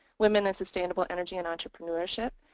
women in sustainable energy and entrepreneurship.